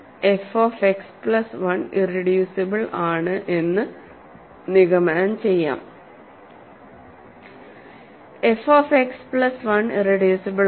F of x plus 1 irreducible ആണ് എന്ന് നിഗമനം ചെയ്യാം f of x plus 1 irreducible ആണ്